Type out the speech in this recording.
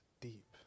deep